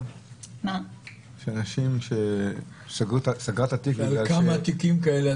של אנשים שסגרו את התיק בגלל --- כמה תיקים כאלה,